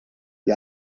die